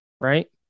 right